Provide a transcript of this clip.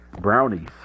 brownies